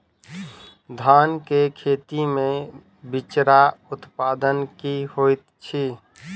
धान केँ खेती मे बिचरा उत्पादन की होइत छी?